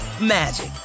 magic